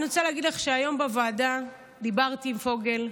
אני רוצה להגיד לך שהיום בוועדה דיברתי עם פוגל,